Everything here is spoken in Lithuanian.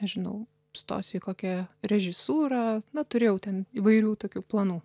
nežinau stosiu į kokią režisūrą na turėjau ten įvairių tokių planų